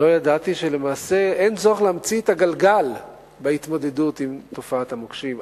לא ידעתי שלמעשה אין צורך להמציא את הגלגל בהתמודדות עם תופעת המוקשים.